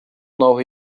know